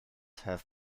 have